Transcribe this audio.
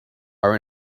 are